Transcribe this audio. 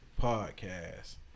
Podcast